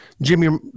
Jimmy